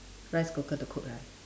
rice cooker to cook right